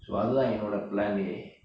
so அது தான் என்னோட:athu thaan ennoda plan a